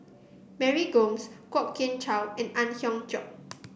Mary Gomes Kwok Kian Chow and Ang Hiong Chiok